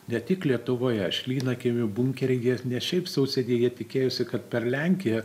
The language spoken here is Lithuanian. ne tik lietuvoje šlynakiemio bunkery jie ne šiaip sau sėdėjo jie tikėjosi kad per lenkiją